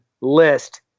List